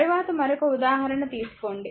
తరువాత మరొక ఉదాహరణ తీసుకోండి